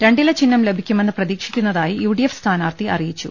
രണ്ടില ചിഹ്നം ലഭിക്കുമെന്ന് പ്രതീക്ഷിക്കുന്നതായി യു ഡി എഫ് സ്ഥാനാർത്ഥി അറിയിച്ചു